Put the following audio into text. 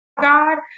god